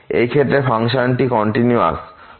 এই ক্ষেত্রে function continuous হয়